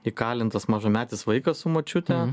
įkalintas mažametis vaikas su močiute